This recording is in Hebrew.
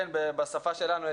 בשפה שלנו,